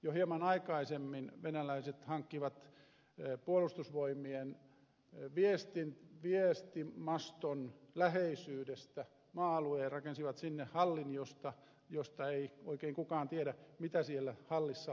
jo hieman aikaisemmin venäläiset hankkivat puolustusvoimien viestimaston läheisyydestä maa alueen ja rakensivat sinne hallin josta ei oikein kukaan tiedä mitä siellä hallissa tapahtuu